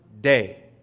day